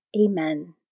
Amen